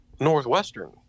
Northwestern